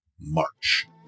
March